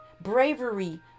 bravery